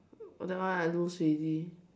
nevermind I lose already